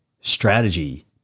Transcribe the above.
strategy